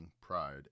pride